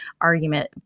argument